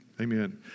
amen